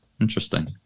interesting